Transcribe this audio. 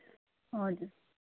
हजुर